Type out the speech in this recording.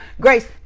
grace